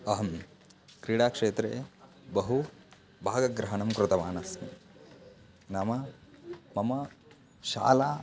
अहं क्रीडाक्षेत्रे बहु भागग्रहणं कृतवानस्मि नाम मम शाला